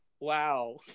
wow